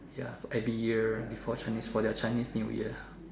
ya every year before Chinese for their Chinese New Year